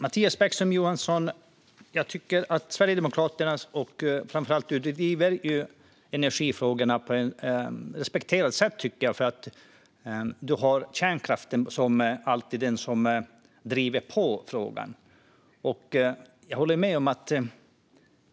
Fru talman! Jag tycker att Sverigedemokraterna och framför allt du, Mattias Bäckström Johansson, driver energifrågorna på ett respektfullt sätt. Du har kärnkraften och driver alltid på frågan.